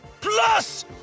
Plus